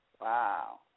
Wow